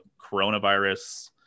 coronavirus